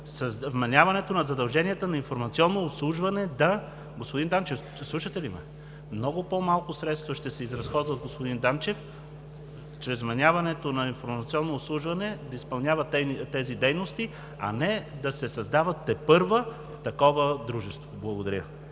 с вменяването на задълженията на „Информационно обслужване“…(Реплики.) Господин Данчев, слушате ли ме? Много по-малко средства ще се изразходват, господин Данчев, чрез вменяването на „Информационно обслужване“ да изпълнява тези дейности, а не да се създава тепърва такова дружество. Благодаря.